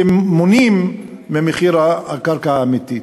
פי כמה ממחיר הקרקע האמיתי.